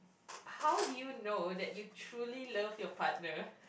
how do you know that you truly love your partner